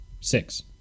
six